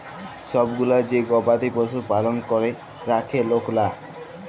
ছব গুলা যে গবাদি পশু পালল ক্যরে রাখ্যে লকরা